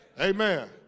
Amen